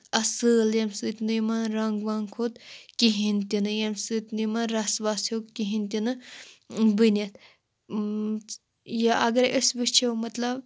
اَصٕل ییٚمہِ سۭتۍ نہٕ یِمَن رَنٛگ وَنٛگ کھوٚت کِہیٖنۍ تہِ نہٕ ییٚمہِ سۭتۍ نہٕ یِمَن رَس وَس ہیٚوک کِہیٖنۍ تہِ نہٕ بٔنِتھ یا اگرے أسۍ وُچھَو مطلب